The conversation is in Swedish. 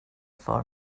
för